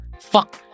fuck